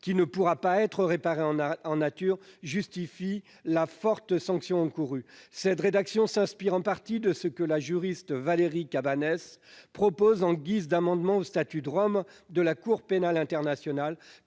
qui ne pourra pas être réparé en nature justifie la forte sanction encourue. Cette rédaction s'inspire en partie de ce que la juriste Valérie Cabanes propose en guise d'amendement au statut de Rome de la Cour pénale internationale